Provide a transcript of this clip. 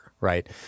right